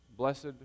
Blessed